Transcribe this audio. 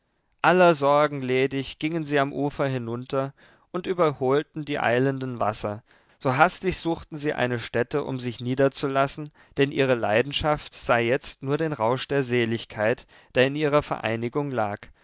aller sorgen ledig gingen sie am ufer hinunter und überholten die eilenden wasser so astig suchten sie eine stätte um sich niederzulassen denn ihre leidenschaft sah jetzt nur den rausch der seligkeit der in ihrer vereinigung lag